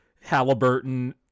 Halliburton